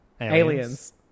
Aliens